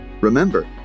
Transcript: Remember